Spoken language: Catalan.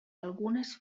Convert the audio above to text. algunes